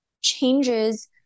changes